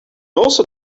also